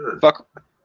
Fuck